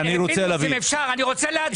פינדרוס, אם אפשר, אני רוצה להצביע.